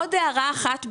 עוד הערה אחת ברשותכם.